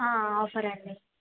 offer అండి